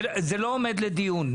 זה לא עומד לדיון,